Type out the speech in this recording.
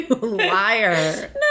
liar